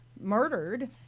murdered